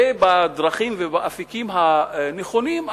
ובדרכים ובאפיקים הנכונים,